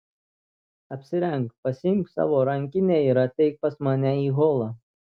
apsirenk pasiimk savo rankinę ir ateik pas mane į holą